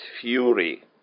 fury